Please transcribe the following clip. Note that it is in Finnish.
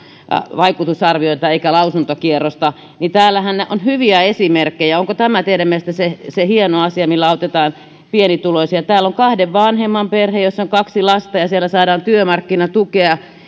vaikutusarviointeja eikä lausuntokierrosta täällähän on hyviä esimerkkejä onko tämä teidän mielestänne se hieno asia millä autetaan pienituloisia täällä on kahden vanhemman perhe jossa on kaksi lasta ja kun siellä saadaan työmarkkinatukea